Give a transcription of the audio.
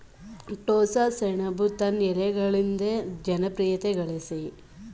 ಟೋಸ್ಸಸೆಣಬು ತನ್ ಎಲೆಯಿಂದ ಜನಪ್ರಿಯತೆಗಳಸಯ್ತೇ ಇದ್ನ ಮೊಲೋಖಿಯದಲ್ಲಿ ಸೊಪ್ಪಿನ ಅಡುಗೆಗೆ ಬಳುಸ್ತರೆ